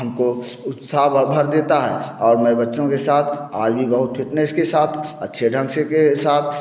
हमको उत्साह भर देता है और मैं बच्चों के साथ आज भी बहुत फिटनेस के साथ अच्छे ढंग से के साथ